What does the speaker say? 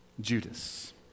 Judas